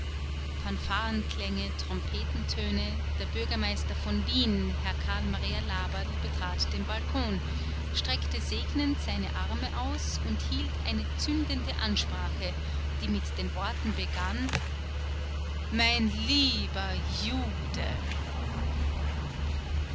fanfarenklänge trompetentöne der bürgermeister von wien herr karl maria laberl betrat den balkon streckte segnend seine arme aus und hielt eine zündende ansprache die mit den worten begann mein lieber jude